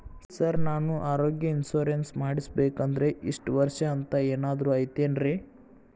Sir ನಾನು ಆರೋಗ್ಯ insurance ಮಾಡಿಸ್ಬೇಕಂದ್ರೆ ಇಷ್ಟ ವರ್ಷ ಅಂಥ ಏನಾದ್ರು ಐತೇನ್ರೇ?